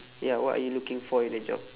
ya what are you looking for in a job